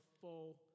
full